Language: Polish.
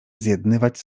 zjednywać